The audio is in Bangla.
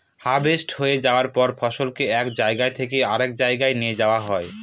হার্ভেস্ট হয়ে যায়ার পর ফসলকে এক জায়গা থেকে আরেক জাগায় নিয়ে যাওয়া হয়